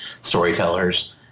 storytellers